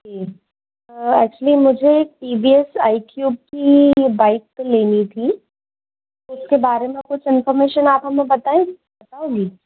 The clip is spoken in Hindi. ओके सर एक्चुअली मुझे T B S I Q की बाइक तो लेनी थी उसके बारे में आप कुछ इनफार्मेशन आप हमें बतायेंगी बताओगी